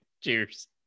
cheers